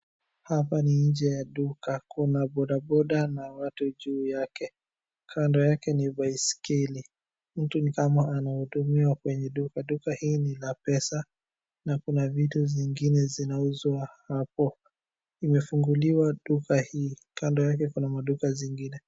Hapa ni nje ya duka. Kuna bodaboda na watu juu yake. Kando yake ni baiskeli. Mtu ni kama nanahudumiwa kwenye duka. Duka hii ni la pesa na kuna vitu zingine zinauzwa hapo. Imefunguliwa duka hii. Kando yake kuna maduka zingine.